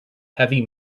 heavy